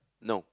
no